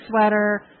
sweater